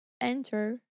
enter